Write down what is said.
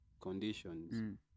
conditions